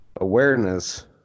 awareness